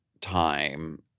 time